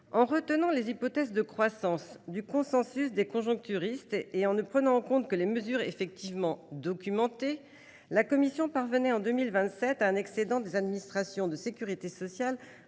En retenant les hypothèses de croissance du consensus des conjoncturistes, et en ne prenant en compte que les mesures effectivement documentées, la commission parvenait en 2027 à un excédent des administrations de sécurité sociale